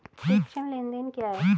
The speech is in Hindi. प्रेषण लेनदेन क्या है?